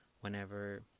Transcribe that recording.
whenever